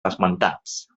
esmentats